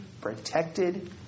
protected